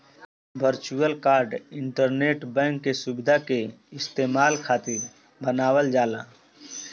virtual card internet bank के सुविधा के इस्तेमाल खातिर बनावल जाला